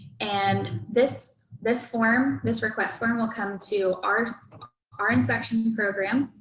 and this this form, this request form will come to our so our inspections program.